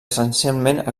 essencialment